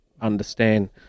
understand